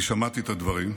אני שמעתי את הדברים.